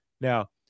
Now